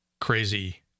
crazy